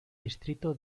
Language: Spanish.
distrito